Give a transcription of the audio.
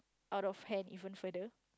out of hand even further